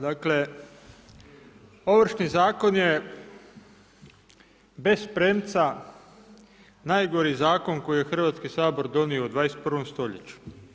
Dakle Ovršni zakon je bez premca najgori zakon koji je Hrvatski sabor donio u 21. stoljeću.